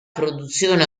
produzione